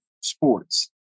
sports